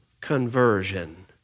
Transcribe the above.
conversion